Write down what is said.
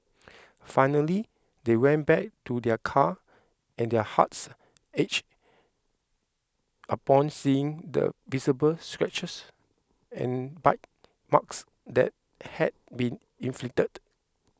finally they went back to their car and their hearts ached upon seeing the visible scratches and bite marks that had been inflicted